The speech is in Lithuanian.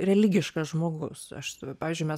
religiškas žmogus aš pavyzdžiui mes